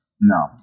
No